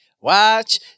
Watch